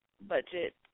budget